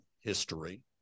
history